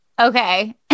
okay